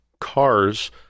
cars